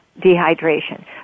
Dehydration